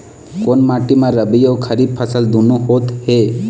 कोन माटी म रबी अऊ खरीफ फसल दूनों होत हे?